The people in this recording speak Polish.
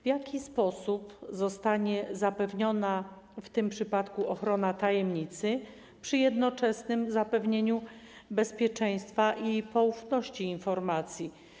W jaki sposób zostanie zapewniona w tym przypadku ochrona tajemnicy, przy jednoczesnym zapewnieniu bezpieczeństwa i poufności informacji?